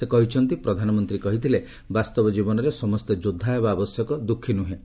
ସେ କହିଛନ୍ତି ପ୍ରଧାନମନ୍ତ୍ରୀ କହିଥିଲେ ବାସ୍ତବ ଜୀବନରେ ସମସ୍ତେ ଯୋଦ୍ଧା ହେବା ଆବଶ୍ୟକ ଦୁଃଖୀ ନୁହେଁ